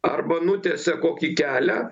arba nutiesia kokį kelią